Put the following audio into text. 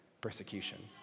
persecution